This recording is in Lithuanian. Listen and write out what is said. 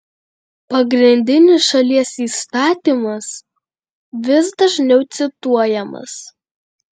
pagrindinis šalies įstatymas vis dažniau cituojamas